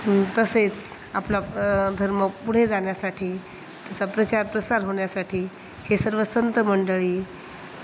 तसेच आपला धर्म पुढे जाण्यासाठी त्याचा प्रचार प्रसार होण्यासाठी हे सर्व संतमंडळी